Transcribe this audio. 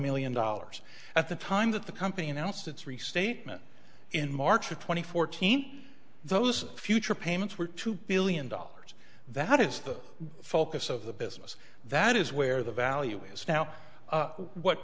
million dollars at the time that the company announced its restatement in march of twenty fourteen those future payments were two billion dollars that is the focus of the business that is where the value is now what